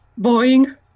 Boeing